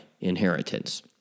inheritance